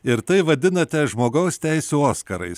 ir tai vadinate žmogaus teisių oskarais